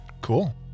Cool